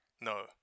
no